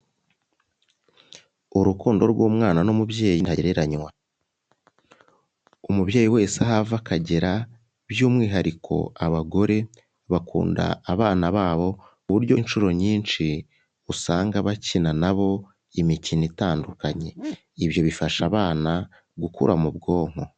Urukundo rw'umwana n'umubyeyi ntagereranwa, umubyeyi wese aho ava akagera by'umwihariko abagore bakunda abana babo ku buryo inshuro nyinshi usanga bakina nabo imikino itandukanye, ibyo bifasha abana gukura mu bwonko.